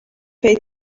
pay